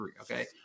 okay